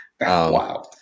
Wow